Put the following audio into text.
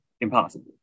impossible